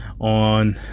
on